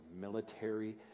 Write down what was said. military